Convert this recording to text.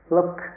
Look